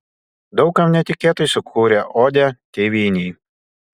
daug kam netikėtai sukūrė odę tėvynei